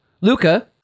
Luca